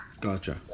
Gotcha